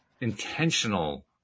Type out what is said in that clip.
intentional